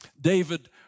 David